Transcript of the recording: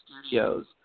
Studios